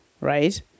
Right